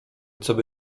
coby